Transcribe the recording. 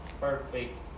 perfect